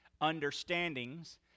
understandings